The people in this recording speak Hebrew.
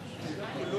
אני רוצה לציין שהסוגיה